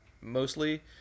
mostly